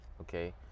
Okay